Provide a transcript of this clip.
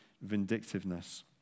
vindictiveness